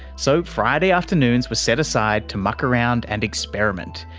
so friday afternoons were set aside to muck around and experiment,